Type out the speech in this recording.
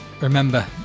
remember